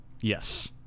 Yes